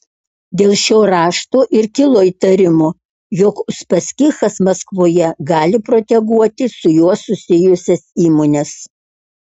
dėl šio rašto ir kilo įtarimų jog uspaskichas maskvoje gali proteguoti su juo susijusias įmones